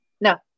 No